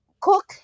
cook